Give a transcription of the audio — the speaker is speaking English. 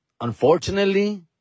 unfortunately